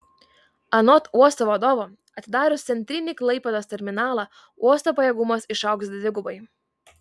anot uosto vadovo atidarius centrinį klaipėdos terminalą uosto pajėgumas išaugs dvigubai